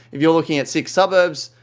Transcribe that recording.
if you're looking at six suburbs,